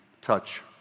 touch